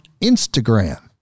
Instagram